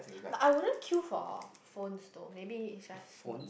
but I wouldn't queue for phones though maybe it's just me